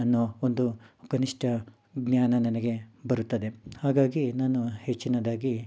ಅನ್ನೋ ಒಂದು ಕನಿಷ್ಠ ಜ್ಞಾನ ನನಗೆ ಬರುತ್ತದೆ ಹಾಗಾಗಿ ನಾನು ಹೆಚ್ಚಿನದಾಗಿ